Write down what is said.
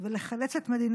אדוני